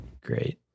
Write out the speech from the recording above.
great